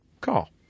call